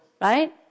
right